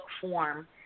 form